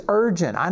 urgent